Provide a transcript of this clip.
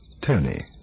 Tony